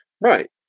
Right